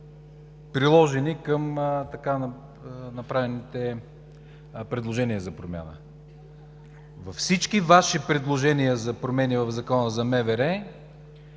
приложени към така направените предложения за промяна. Във всички Ваши предложения за промени в Закона за МВР